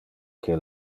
que